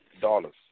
dollars